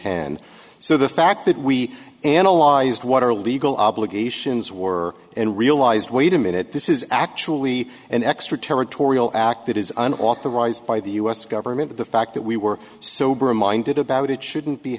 ten so the fact that we analyzed what our legal obligations war and realized wait a minute this is actually an extra territorial act that is an authorized by the us government the fact that we were sober minded about it shouldn't be